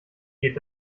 geht